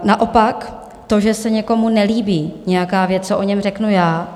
Naopak to, že se někomu nelíbí nějaká věc, co o něm řeknu já.